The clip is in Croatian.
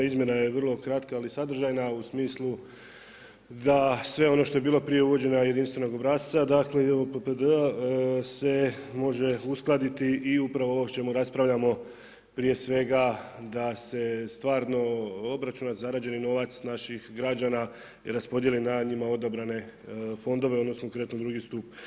Izmjena je vrlo kratka, ali sadržajna a u smislu da sve ono što je bilo prije uvođenje jedinstvenog obrasca, dakle JOPPD-a se može uskladiti i upravo ovo o čemu raspravljamo prije svega da se stvarno obračunat, zarađeni novac naših građana i raspodijeli na njima odabrane fondove, odnosno konkretno drugi stup.